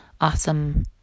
awesome